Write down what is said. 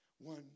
One